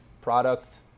Product